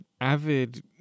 avid